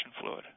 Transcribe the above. fluid